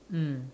mm